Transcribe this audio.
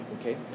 Okay